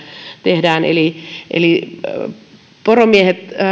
tehdään poromiehet